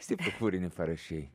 stiprų kūrinį parašei